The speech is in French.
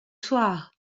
soir